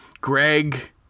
Greg